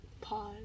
Pause